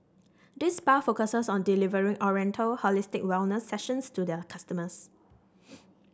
this spa focuses on delivering oriental holistic wellness sessions to their customers